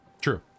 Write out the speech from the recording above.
True